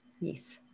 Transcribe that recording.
Yes